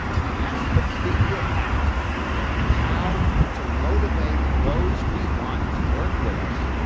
we have to figure out how to motivate those we want to work with us.